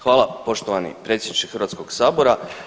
Hvala poštovani predsjedniče Hrvatskog sabora.